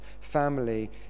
family